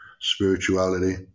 spirituality